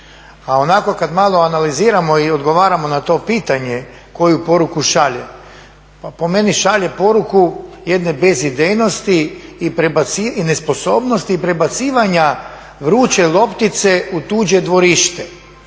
A onako kada malo analiziramo i odgovaramo na to pitanje koju poruku šalje, pa po meni šalje poruku jedne bezidejnosti i nesposobnosti i prebacivanja vruće loptice u tuđe dvorište.